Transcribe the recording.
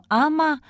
ama